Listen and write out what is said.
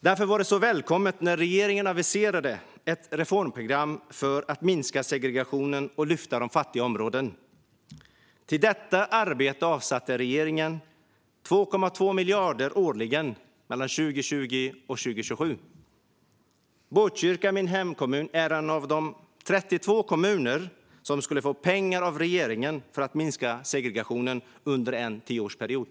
Därför var det så välkommet när regeringen aviserade ett reformprogram för att minska segregationen och lyfta upp fattiga områden. Till detta arbete hade regeringen för avsikt att sätta av 2,2 miljarder årligen för perioden 2020-2027. Botkyrka, min hemkommun, är en av de 32 kommuner som skulle få pengar av regeringen för att minska segregationen under en tioårsperiod.